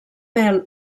mel